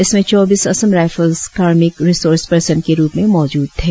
इसमें चौबीस असम राईफल्स कार्मिक रिसोर्स पर्सन के रुप में मौजूद थे